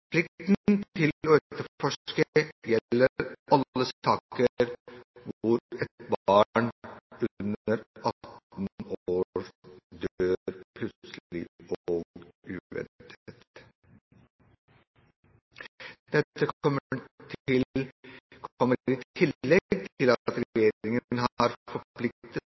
alle saker hvor et barn under 18 år dør plutselig og uventet. Dette kommer i tillegg til at regjeringen har forpliktet